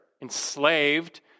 enslaved